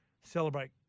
Celebrate